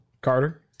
Carter